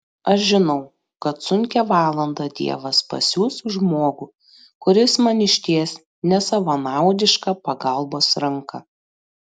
aš žinau kad sunkią valandą dievas pasiųs žmogų kuris man išties nesavanaudišką pagalbos ranką